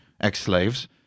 ex-slaves